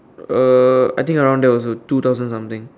uh I think around there also two thousand something